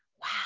wow